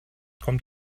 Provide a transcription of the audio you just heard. kommt